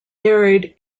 buried